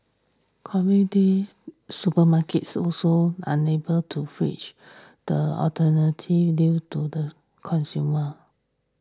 supermarkets also unable to the alternatives due to the consumers